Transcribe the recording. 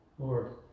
Lord